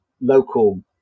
local